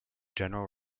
general